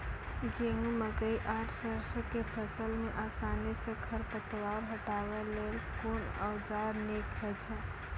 गेहूँ, मकई आर सरसो के फसल मे आसानी सॅ खर पतवार हटावै लेल कून औजार नीक है छै?